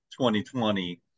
2020